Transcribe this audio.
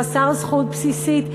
חסר זכות בסיסית לחינוך.